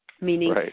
Meaning